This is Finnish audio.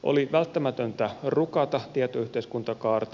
oli välttämätöntä rukata tietoyhteiskuntakaarta